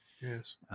Yes